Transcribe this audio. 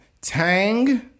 Tang